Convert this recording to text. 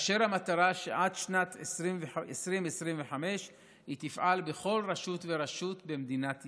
והמטרה היא שעד שנת 2025 היא תפעל בכל רשות ורשות במדינת ישראל.